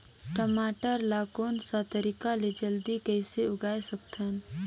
टमाटर ला कोन सा तरीका ले जल्दी कइसे उगाय सकथन?